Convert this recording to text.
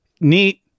neat